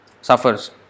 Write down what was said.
suffers